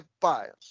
bias